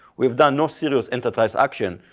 we've done no serious enterprise action.